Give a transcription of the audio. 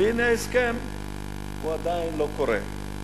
והנה ההסכם עדיין לא קורה.